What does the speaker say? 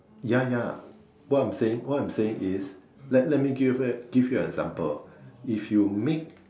ya ya what I'm saying what I'm saying is let let me give give you an example if you make